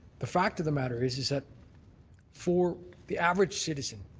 the fact of the matter is is that for the average citizen